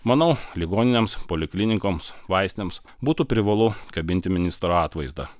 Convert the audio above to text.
manau ligoninėms poliklinikoms vaistinėms būtų privalu kabinti ministro atvaizdą